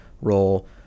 role